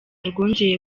rwongeye